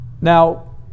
Now